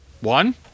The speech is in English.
One